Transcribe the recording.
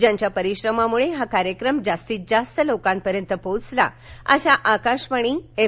ज्यांच्या परिश्रमामुळे हा कार्यक्रम जास्तीत जास्त लोकांपर्यंत पोहोचला अशा आकाशवाणी एफ